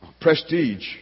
prestige